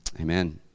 Amen